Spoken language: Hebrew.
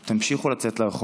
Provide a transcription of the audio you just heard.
תמשיכו לצאת לרחובות,